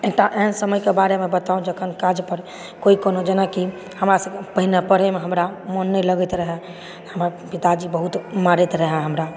एकटा एहन समयके बारेमे बताउ जखन काज पर कोई कोनो जेना कि हमरा सबकऽ पहिने पढ़ेमे हमरा मन नहि लगैत रहए हमर पिताजी बहुत मारैत रहए हमरा